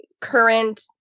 current –